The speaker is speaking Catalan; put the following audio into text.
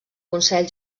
consell